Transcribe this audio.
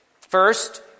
First